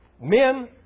Men